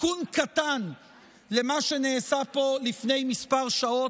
תיקון קטן למה שנעשה פה לפני כמה שעות.